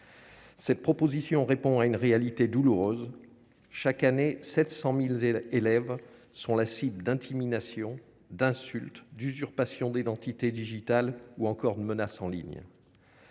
Cette proposition répond à une réalité douloureuse chaque année 700000 élèves sont la cibles d'intimidation d'insultes, d'usurpation d'identité digitale ou encore de menaces en ligne.